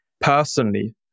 personally